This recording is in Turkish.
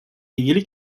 ilgili